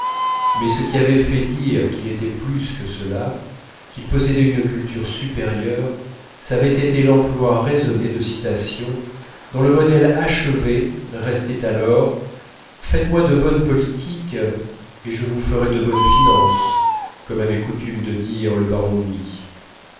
mais ce qui avait fait dire qu'il était plus que cela qu'il possédait une culture supérieure cela avait été l'emploi raisonné de citations dont le modèle achevé restait alors faites-moi de bonne politique et je vous ferai de bonnes finances comme avait coutume de dire le baron louis